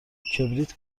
کبریت